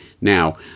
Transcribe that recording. now